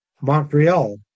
Montreal